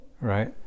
right